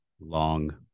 long